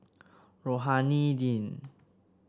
Rohani Din